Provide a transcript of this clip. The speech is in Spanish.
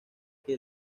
que